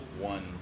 One